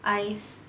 ice